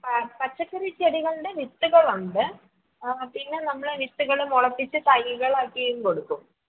ആ പച്ചക്കറി ചെടികളുടെ വിത്തുകളുണ്ട് പിന്നെ നമ്മള് വിത്തുകൾ മുളപ്പിച്ച് തൈകൾ ആക്കിയും കൊടുക്കും